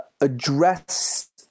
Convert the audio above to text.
address